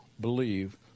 believe